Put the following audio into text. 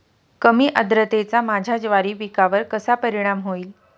कमी आर्द्रतेचा माझ्या ज्वारी पिकावर कसा परिणाम होईल?